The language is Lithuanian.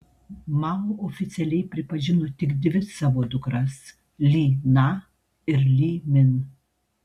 mao oficialiai pripažino tik dvi savo dukras li na ir li min